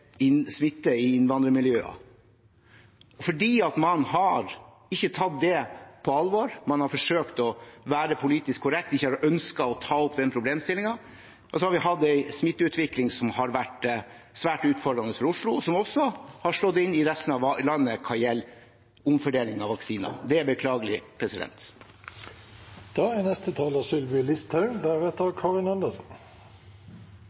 inn på de problemstillingene, og den berøringsangsten, som gjelder smitte i innvandrermiljøer. Kun Fremskrittspartiet snakker om det. Man har ikke tatt det på alvor. Man har forsøkt å være politisk korrekt, har ikke ønsket å ta opp den problemstillingen. Så har vi hatt en smitteutvikling som har vært svært utfordrende for Oslo, og som også har slått inn i resten av landet hva gjelder omfordeling av vaksiner. Det er beklagelig.